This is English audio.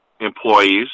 employees